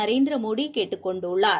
நரேந்திரமோடிகேட்டுக் கொண்டுள்ளார்